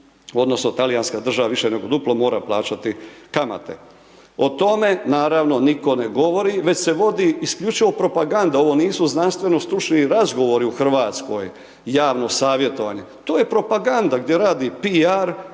odnosno, talijanska država više nego duplo mora plaćati kamate. O tome naravno nitko ne govori, već se vodi isključivo propaganda, ovo nisu znanstveno stručni radovi u Hrvatskoj, javno savjetovanje, to je propaganda gdje radi PR